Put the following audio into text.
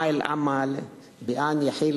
ומבקש מכם לפנות למבקר